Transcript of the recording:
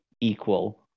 equal